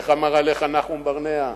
איך אמר עליך נחום ברנע,